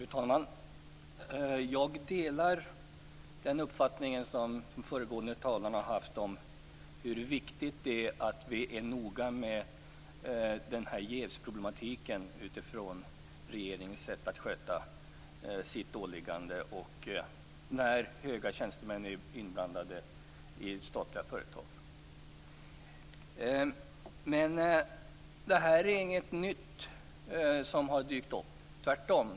Fru talman! Jag delar den uppfattning som de föregående talarna uttryckt om vikten av att vi är noga med den här jävsproblematiken utifrån regeringens sätt att sköta sitt åliggande när höga tjänstemän är inblandade i statliga företag. Det här är ingenting nytt som har dykt upp, tvärtom.